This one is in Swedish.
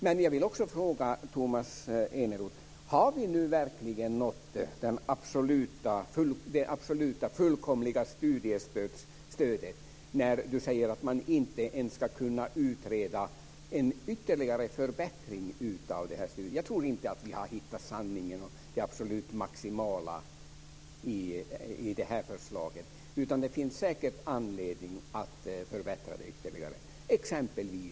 Men jag vill fråga Tomas Eneroth: Har vi nu verkligen nått det absoluta, fullkomliga, studiestödet? Tomas Eneroth säger ju att man inte ens ska kunna utreda en ytterligare förbättring av stödet. Jag tror inte att vi har hittat sanningen och det absolut maximala med detta förslag, utan det finns säkert anledning att förbättra det ytterligare.